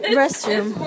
restroom